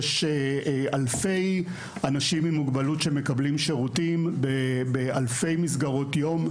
יש אלפי אנשים עם מוגבלות שמקבלים שירותים באלפי מסגרות יום,